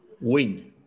win